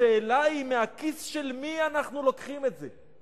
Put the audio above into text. השאלה היא, מהכיס של מי אנחנו לוקחים את זה.